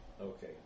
Okay